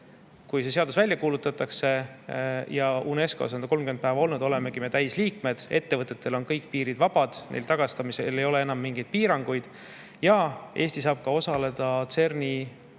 Kui see seadus välja kuulutatakse ja UNESCO-s on see 30 päeva olnud, olemegi me täisliikmed ja ettevõtetele on kõik piirid vabad, neil ei ole tagastamisel enam mingeid piiranguid. Ja Eesti saab osaleda ka CERN-i